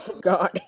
god